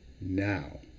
now